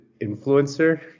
influencer